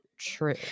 true